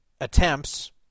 attempts